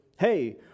hey